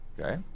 Okay